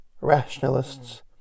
rationalists